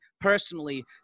personally